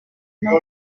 neuf